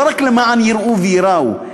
לא רק למען יראו וייראו,